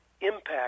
impact